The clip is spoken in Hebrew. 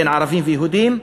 בין ערבים ויהודים.